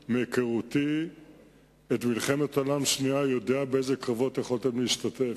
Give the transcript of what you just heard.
מהיכרותי את מלחמת העולם השנייה אני יודע באילו קרבות יכולתם להשתתף.